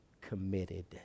committed